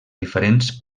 diferents